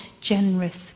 generous